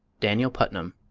daniel putnam,